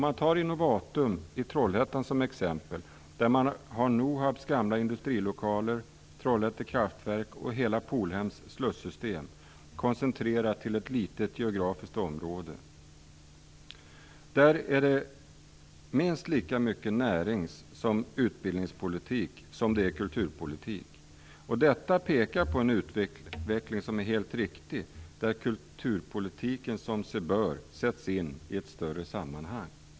Innovatum i Trollhättan t.ex. har Nohabs gamla industrilokaler, Trollhätte Kraftverk och hela Polhems slussystem koncentrerat till ett litet geografiskt område. Här är det fråga om minst lika mycket närings och utbildningspolitik som kulturpolitik. Detta pekar mot en utveckling som är helt riktig, och där kulturpolitiken som sig bör sätts in i ett större sammanhang.